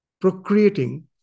procreating